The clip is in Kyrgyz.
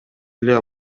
эле